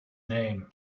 name